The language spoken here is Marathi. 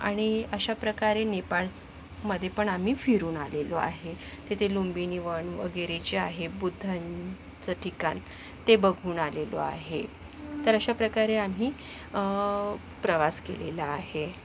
आणि अशाप्रकारे नेपाळमध्ये पण आम्ही फिरून आलेलो आहे तिथे लुम्बिनी वन वगैरे जे आहे बुद्धांचं ठिकाण ते बघून आलेलो आहे तर अशाप्रकारे आम्ही प्रवास केलेला आहे